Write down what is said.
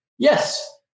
Yes